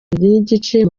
n’igice